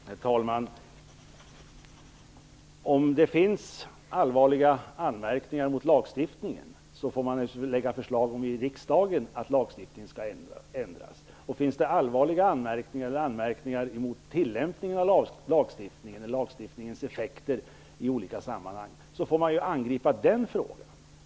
Herr talman! Om det finns allvarliga anmärkningar mot lagstiftningen får man naturligtvis lägga fram förslag i riksdagen om att lagstiftningen skall ändras. Finns det anmärkningar mot tillämpningen av lagstiftningen eller mot lagstiftningens effekter i olika sammanhang får man angripa den frågan.